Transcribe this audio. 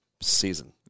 season